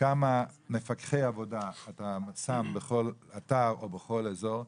כמה מפקחי עבודה יהיו בכל אתר או בכל אזור?